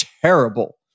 terrible